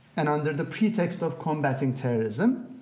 and under the pretext of combating terrorism,